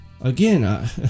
again